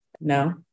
No